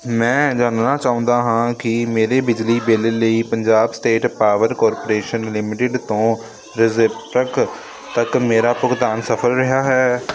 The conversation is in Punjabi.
ਮੈਂ ਜਾਣਨਾ ਚਾਹੁੰਦਾ ਹਾਂ ਕੀ ਮੇਰੇ ਬਿਜਲੀ ਬਿੱਲ ਲਈ Punjab state power corporation limited ਤੋਂ ਰੇਜ਼ਰ ਤੱਕ ਤੱਕ ਮੇਰਾ ਭੁਗਤਾਨ ਸਫਲ ਰਿਹਾ ਹੈ